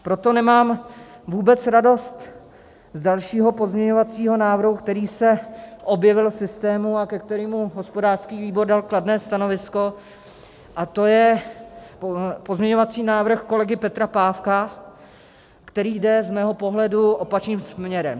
Proto nemám vůbec radost z dalšího pozměňovacího návrhu, který se objevil v systému a ke kterému hospodářský výbor dal kladné stanovisko, a to je pozměňovací návrh kolegy Petra Pávka, který jde z mého pohledu opačným směrem.